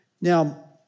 Now